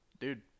Dude